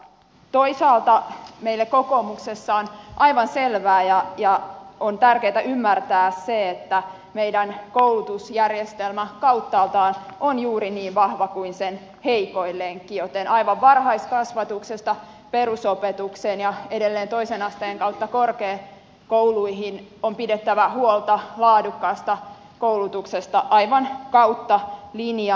toisaalta meille kokoomuksessa on aivan selvää ja on tärkeätä ymmärtää se että meidän koulutusjärjestelmämme kauttaaltaan on juuri niin vahva kuin sen heikoin lenkki joten aivan varhaiskasvatuksesta perusopetukseen ja edelleen toisen asteen kautta korkeakouluihin on pidettävä huolta laadukkaasta koulutuksesta aivan kautta linjan